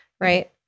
right